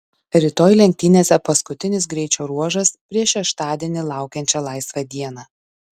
rytoj lenktynėse paskutinis greičio ruožas prieš šeštadienį laukiančią laisvą dieną